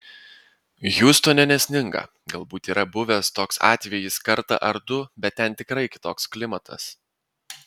hjustone nesninga galbūt yra buvęs toks atvejis kartą ar du bet ten tikrai kitoks klimatas